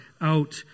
out